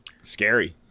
Scary